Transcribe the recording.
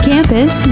Campus